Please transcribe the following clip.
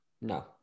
No